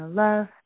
love